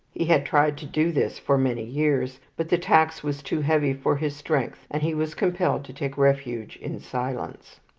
he had tried to do this for many years, but the tax was too heavy for his strength, and he was compelled to take refuge in silence.